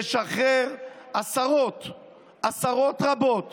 לשחרר עשרות רבות